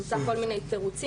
מצא כל מיני תירוצים,